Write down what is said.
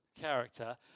character